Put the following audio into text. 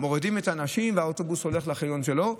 מורידים את האנשים והאוטובוס נוסע למקום שלו,